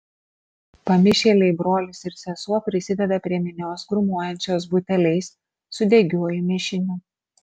pamišėliai brolis ir sesuo prisideda prie minios grūmojančios buteliais su degiuoju mišiniu